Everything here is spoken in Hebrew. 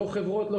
לא חברות.